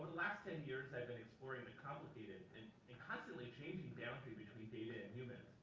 last ten years, i've been exploring the complicated and constantly changing geometry between data and human.